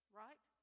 right